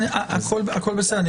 הכול בסדר.